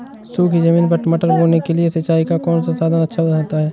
सूखी ज़मीन पर मटर बोने के लिए सिंचाई का कौन सा साधन अच्छा होता है?